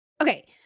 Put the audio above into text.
Okay